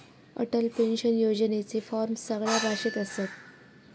Atal pension योजनेचे form सगळ्या भाषेत असत